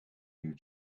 you